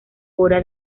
hora